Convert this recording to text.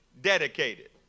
dedicated